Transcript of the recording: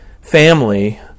family